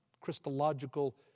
Christological